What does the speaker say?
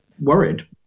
worried